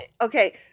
Okay